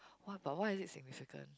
what but why is it significant